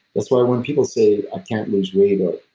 that's why when people say, i can't lose weight,